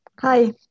Hi